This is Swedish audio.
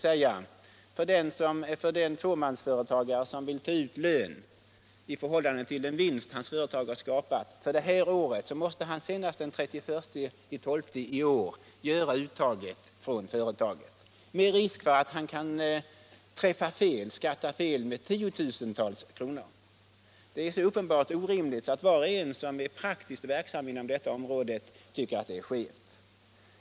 En företagare i fåmansbolag, som vill ta ut lön ur sitt företag i förhållande till den vinst det skapat för året, måste senast den 31 december detta år göra sitt uttag ur företaget, med risk att han kan felberäkna skatten med tiotusentals kronor. Det är så uppenbart orimligt så att var och en som är praktiskt verksam inom detta område tycker att det är skevt.